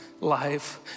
life